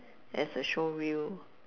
as a showreel